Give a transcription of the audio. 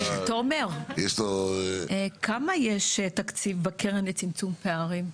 תומר, כמה תקציב יש בקרן לצמצום פערים?